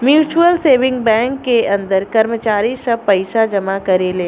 mutual saving bank के अंदर कर्मचारी सब पइसा जमा करेले